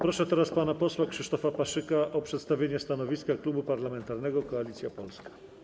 Proszę teraz pana posła Krzysztofa Paszyka o przedstawienie stanowiska Klubu Parlamentarnego Koalicja Polska.